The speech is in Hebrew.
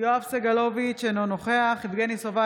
יואב סגלוביץ' אינו נוכח יבגני סובה,